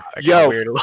yo